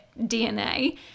DNA